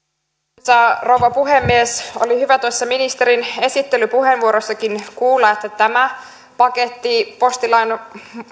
arvoisa rouva puhemies oli hyvä tuossa ministerin esittelypuheenvuorossakin kuulla että tämä paketti postilain